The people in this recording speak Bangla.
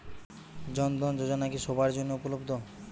জন ধন যোজনা কি সবায়ের জন্য উপলব্ধ?